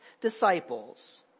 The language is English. disciples